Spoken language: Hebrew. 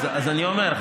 אז אני אומר,